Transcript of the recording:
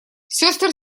сестры